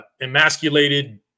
emasculated